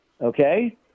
Okay